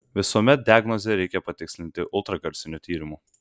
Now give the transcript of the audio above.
visuomet diagnozę reikia patikslinti ultragarsiniu tyrimu